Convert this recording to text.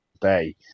day